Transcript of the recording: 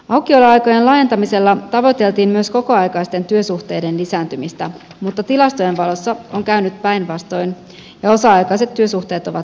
aukioloaikojen laajentamisella tavoiteltiin myös kokoaikaisten työsuhteiden lisääntymistä mutta tilastojen valossa on käynyt päinvastoin ja osa aikaiset työsuhteet ovat lisääntyneet